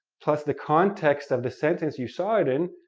plus the context of the sentence you saw it in,